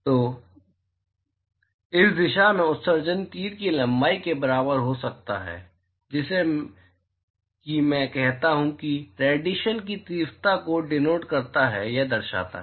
तो इस दिशा में उत्सर्जन तीर की लंबाई के बराबर हो सकता है जैसे कि मैं कहता हूं कि रेडिएशन की तीव्रता को डिनोट करता है या दर्शाता है